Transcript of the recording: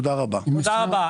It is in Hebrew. תודה רבה.